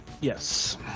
Yes